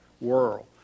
world